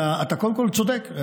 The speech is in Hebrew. קודם כול אתה צודק,